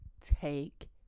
take